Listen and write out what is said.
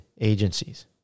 agencies